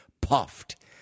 puffed